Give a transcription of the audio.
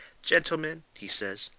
gentlemen, he says,